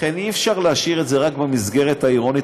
לכן אי-אפשר להשאיר את זה רק במסגרת העירונית,